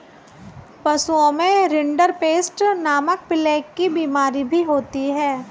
पशुओं में रिंडरपेस्ट नामक प्लेग की बिमारी भी होती है